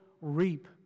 reap